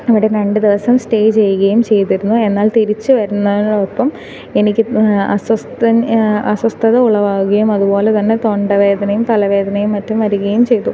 അവിടെ രണ്ടു ദിവസം സ്റ്റേ ചെയ്യുകയും ചെയ്തിരുന്നു എന്നാൽ തിരിച്ചു വരുന്നതോടൊപ്പം എനിക്ക് അസ്വസ്ഥൻ അസ്വസ്ഥത ഉളവാകുകയും അതുപോലെതന്നെ തൊണ്ടവേദനയും തലവേദനയും മറ്റും വരികയും ചെയ്തു